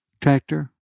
tractor